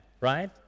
right